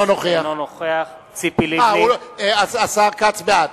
אינו נוכח השר כץ בעד.